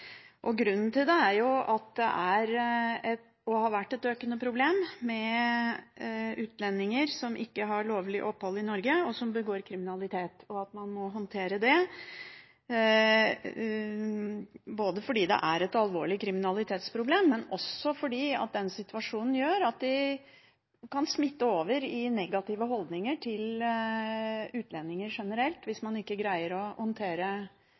nå. Grunnen til det er at det er, og har vært, et økende problem med utlendinger som ikke har lovlig opphold i Norge, og som begår kriminalitet. Man må håndtere dette både fordi det er et alvorlig kriminalitetsproblem og også fordi situasjonen gjør at det kan smitte over i negative holdninger til utlendinger generelt hvis man ikke greier å håndtere